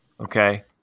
okay